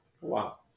Wow